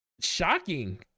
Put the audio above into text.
Shocking